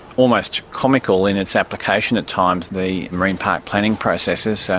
almost comical in its application at times, the marine park planning processes. so